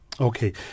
Okay